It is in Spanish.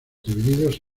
divididos